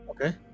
Okay